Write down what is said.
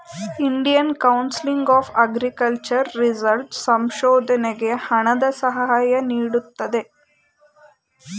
Indian council of agriculture result ಸಂಶೋಧನೆಗೆ ಹಣದ ಸಹಾಯ ನೀಡುತ್ತದೆ